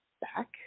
back